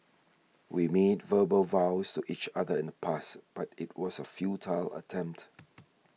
we made verbal vows to each other in the past but it was a futile attempt